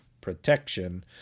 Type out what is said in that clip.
protection